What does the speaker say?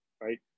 Right